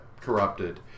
corrupted